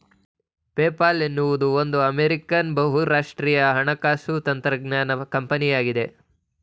PayPal ಎನ್ನುವುದು ಒಂದು American ಬಹುರಾಷ್ಟ್ರೀಯ ಹಣಕಾಸು ತಂತ್ರಜ್ಞಾನ ಕಂಪನಿಯಾಗಿದೆ